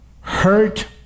Hurt